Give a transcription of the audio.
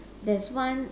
there's one